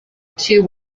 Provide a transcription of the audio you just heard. two